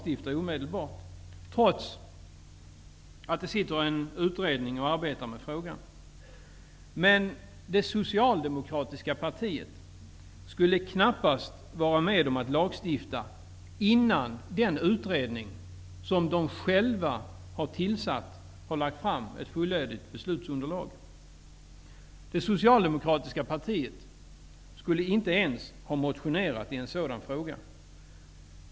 Detta hade han gjort trots att det sitter en utredning och arbetar med frågan. Men det socialdemokratiska partiet skulle knappast vara med om att lagstifta innan den utredning som man själv har tillsatt har lagt fram ett fullödigt beslutsunderlag. Det socialdemokratiska partiet skulle inte ens ha motionerat i en sådan fråga.